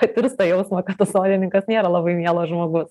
patirs tą jausmą kad tas sodininkas nėra labai mielas žmogus